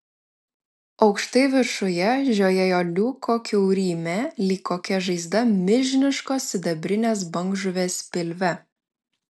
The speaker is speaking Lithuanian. aukštai viršuje žiojėjo liuko kiaurymė lyg kokia žaizda milžiniškos sidabrinės bangžuvės pilve